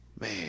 man